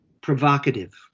Provocative